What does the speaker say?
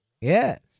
Yes